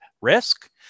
risk